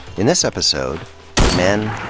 in this episode men,